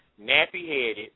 nappy-headed